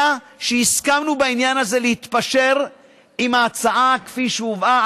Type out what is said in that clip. אלא שהסכמנו בעניין הזה להתפשר עם ההצעה כפי שהובאה,